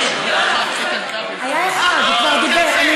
היה אחד, הוא כבר דיבר.